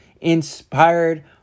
inspired